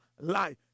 life